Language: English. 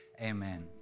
amen